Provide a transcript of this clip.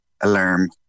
alarm